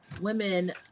women